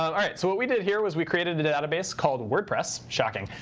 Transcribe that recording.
all right, so what we did here was we created the database called wordpress. shocking.